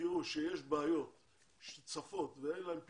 תראו שיש בעיות שצפות ואין להן פתרון,